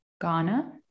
Ghana